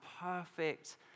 perfect